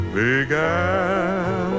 began